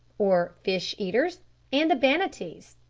or fish-eaters and the banattees,